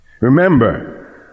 Remember